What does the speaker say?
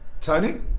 Tony